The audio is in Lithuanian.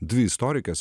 dvi istorikės